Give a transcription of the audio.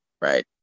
Right